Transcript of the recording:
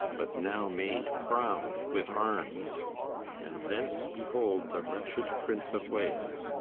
but now made proud with arms and thence behold the wretched prince of wales,